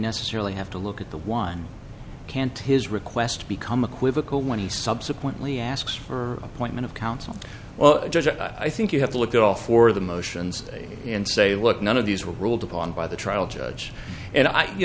necessarily have to look at the one can't his request become equivocal when he subsequently asks for appointment of counsel well i think you have to look at all for the motions and say look none of these were ruled upon by the trial judge and i